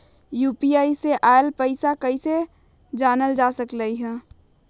UPI से आईल पैसा कईसे जानल जा सकहु?